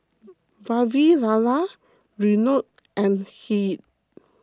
Vavilala Renu and Hri